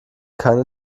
keine